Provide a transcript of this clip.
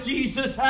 Jesus